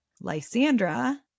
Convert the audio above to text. Lysandra